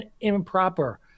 improper